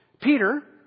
Peter